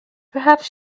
perhaps